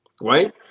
Right